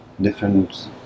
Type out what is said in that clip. different